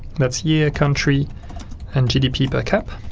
that's year, country and gdppercap,